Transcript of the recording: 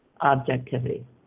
objectivity